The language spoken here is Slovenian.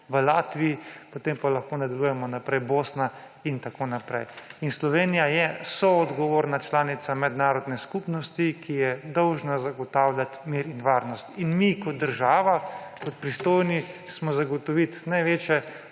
v Latviji, potem pa lahko nadaljujemo, v Bosni in tako naprej. In Slovenija je soodgovorna članica mednarodne skupnosti, ki je dolžna zagotavljati mir in varnost. In mi kot država, kot pristojni moramo zagotoviti največje